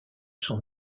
sont